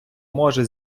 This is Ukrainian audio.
може